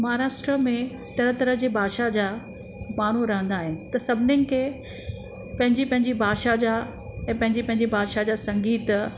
महाराष्ट्रा में तरह तरह जे भाषा जा माण्हू रहंदा आहिनि त सभिनिनि खे पंहिंजी पंहिंजी भाषा जा ऐं पंहिंजी पंहिंजी भाषा जा संगीत